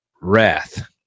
wrath